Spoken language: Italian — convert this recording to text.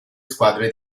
squadre